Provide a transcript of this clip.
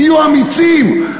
תהיו אמיצים.